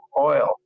oil